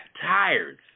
tires